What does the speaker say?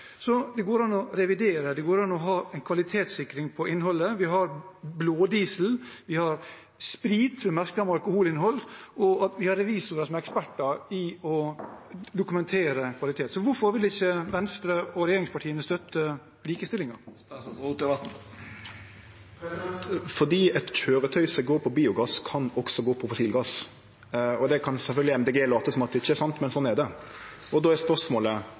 det går an å revidere, det går an å ha kvalitetssikring på innholdet. Vi har blådiesel, vi har sprit – merket med alkoholinnhold – og vi har revisorer som er eksperter i å dokumentere kvalitet. Hvorfor vil ikke Venstre og regjeringspartiene støtte likestillingen? Fordi eit køyretøy som går på biogass, også kan gå på fossilgass. Det kan sjølvsagt Miljøpartiet Dei Grøne late som ikkje er sant, men sånn er det, og då er spørsmålet: